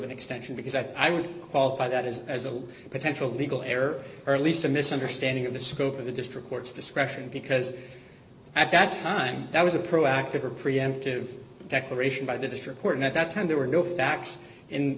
an extension because i would qualify that is as a potential legal error early some misunderstanding of the scope of the district court's discretion because at that time that was a proactive or preemptive declaration by the district court and at that time there were no facts